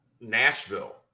Nashville